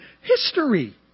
history